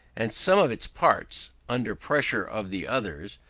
and some of its parts, under pressure of the others,